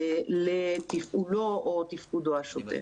לתפעולו או תפקודו השוטף.